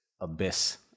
abyss